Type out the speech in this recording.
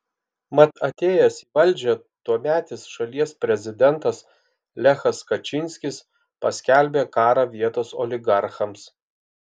mat atėjęs į valdžią tuometis šalies prezidentas lechas kačynskis paskelbė karą vietos oligarchams